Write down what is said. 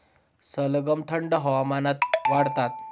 सलगम थंड हवामानात वाढतात